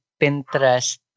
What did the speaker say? Pinterest